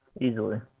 easily